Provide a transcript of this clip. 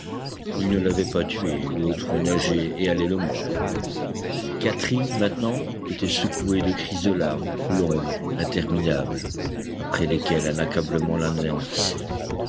il ne l'avait pas tué l'autre nageait et allait le mordre catherine maintenant était secouée de crises de larmes longues interminables après lesquelles un accablement